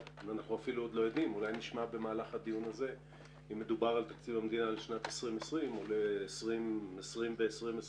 אנחנו אפילו לא יודעים אם מדובר על תקציב לשנת 2020 או גם לשנת 2021